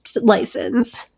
license